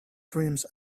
dreams